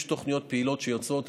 יש תוכניות פעילות שיוצאות.